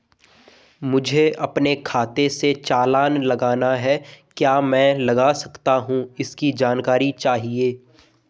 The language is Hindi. मुझे अपने खाते से चालान लगाना है क्या मैं लगा सकता हूँ इसकी जानकारी चाहिए?